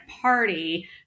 party